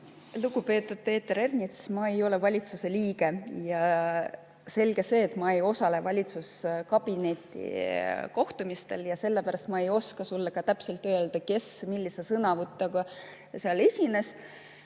Lugupeetud Peeter Ernits! Ma ei ole valitsuse liige. Selge see, et ma ei osale valitsuskabineti kohtumistel ja sellepärast ma ei oska sulle ka täpselt öelda, kes millise sõnavõtuga seal esines.